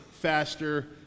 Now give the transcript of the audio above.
faster